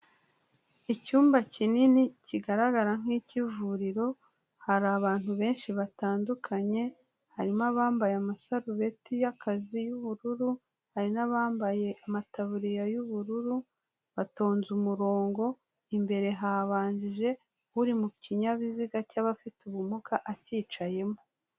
Icyumba kinini kigaragara nk'icy'ivuriro, hari abantu benshi batandukanye, harimo abambaye amasarubeti y'akazi y'ubururu, hari n'abambaye amatabuririya y'ubururu, batonze umurongo, imbere habanjije uri mu kinyabiziga cy'abafite ubumuga acyicayemo.